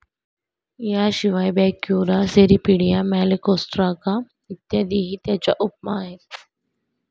याशिवाय Brachyura, Cirripedia, Malacostraca इत्यादीही त्याच्या उपमा आहेत